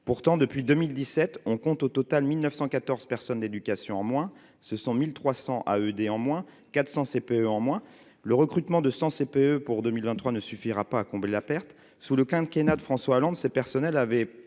pourtant depuis 2017 on compte au total 1914 personnes d'éducation en moins, ce sont 1300 à ED en moins 400 CPE en moins, le recrutement de 100 CPE pour 2023 ne suffira pas à combler la perte sous le quinquennat de François Hollande, ces personnels avait